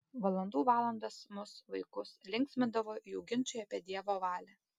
valandų valandas mus vaikus linksmindavo jų ginčai apie dievo valią